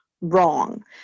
wrong